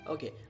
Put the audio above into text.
Okay